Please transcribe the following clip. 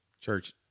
church